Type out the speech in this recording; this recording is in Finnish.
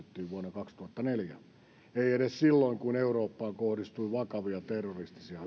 kaksituhattaneljä ei edes silloin kun eurooppaan kohdistui vakavia terroristisia